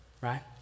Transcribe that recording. right